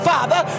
Father